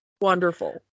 wonderful